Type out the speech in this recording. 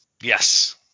Yes